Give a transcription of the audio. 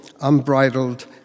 unbridled